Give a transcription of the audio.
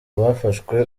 bafashwe